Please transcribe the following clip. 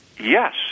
yes